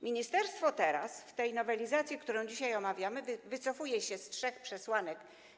Ministerstwo w tej nowelizacji, którą dzisiaj omawiamy, wycofuje się z trzech przesłanek.